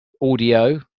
audio